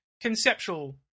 conceptual